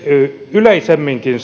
yleisemminkin